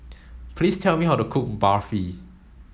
please tell me how to cook Barfi